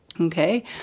Okay